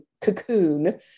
cocoon